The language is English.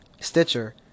Stitcher